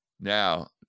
Now